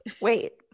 Wait